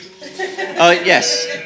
yes